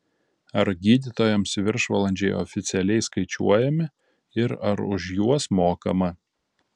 ar gydytojams viršvalandžiai oficialiai skaičiuojami ir ar už juos mokama